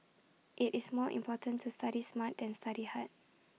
IT is more important to study smart than study hard